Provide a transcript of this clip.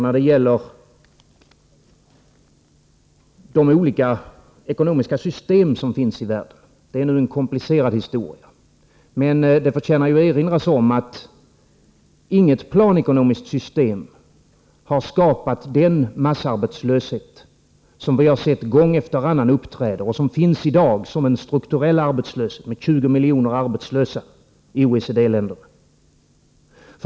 När det gäller de olika ekonomiska system som finns i världen — detta är nu en komplicerad historia — förtjänar det att erinras om att inget planekonomiskt system har skapat en sådan massarbetslöshet som den vi gång efter annan har sett uppträda och som i dag finns som en strukturell arbetslöshet med 20 miljoner arbetslösa i OECD-länderna.